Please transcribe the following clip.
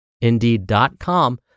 indeed.com